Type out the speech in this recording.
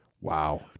wow